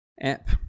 app